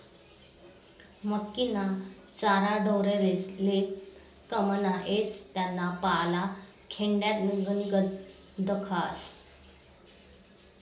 मक्कीना चारा ढोरेस्ले काममा येस त्याना पाला खोंड्यानीगत दखास